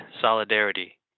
solidarity